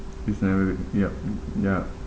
it's never will yup y~ yup